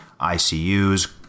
ICUs